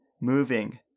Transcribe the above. moving